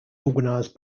organized